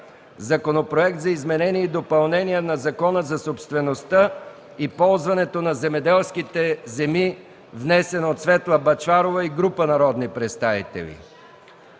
Законопроект за изменение и допълнение на Закона за собствеността и ползването на земеделските земи, внесен от Светла Бъчварова и група народни представители.